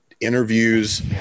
interviews